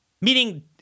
meaning